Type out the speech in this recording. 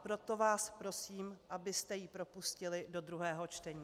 Proto vás prosím, abyste ji propustili do druhého čtení.